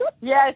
Yes